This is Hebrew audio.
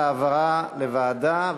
אנחנו נצביע על העברה לוועדה,